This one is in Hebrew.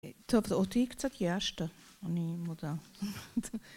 טוב, זה אותי קצת, יאשת, אני מודה.